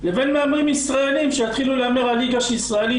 לבין מהמרים ישראליים שיתחילו להמר על ליגה שהיא ישראלית,